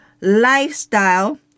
lifestyle